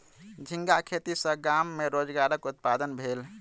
झींगा खेती सॅ गाम में रोजगारक उत्पादन भेल